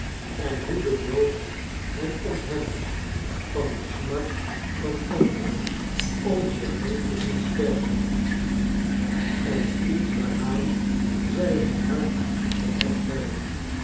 en hoe dedoodhen ontheft van de smart van anderen om zich heen te zien sterven en iets waaraan zij hun hart gehecht hebben